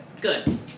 good